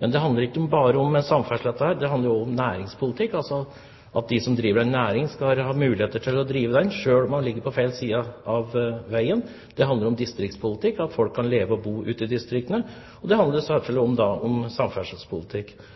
Dette handler ikke bare om samferdsel. Det handler om næringspolitikk, at de som driver en næring, skal ha mulighet til å drive den, selv om man ligger på feil side av veien. Det handler om distriktspolitikk – at folk kan leve og bo ute i distriktene – og det handler selvfølgelig om samferdselspolitikk. Ikke minst handler det om